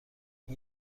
این